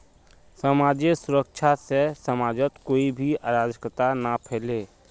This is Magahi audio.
समाजेर सुरक्षा से समाजत कोई भी अराजकता ना फैले